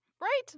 Right